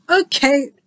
Okay